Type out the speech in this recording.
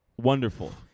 wonderful